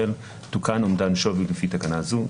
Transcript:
תוקן אומדן שווי לפי תקנה זו,